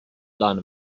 line